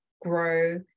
grow